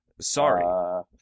Sorry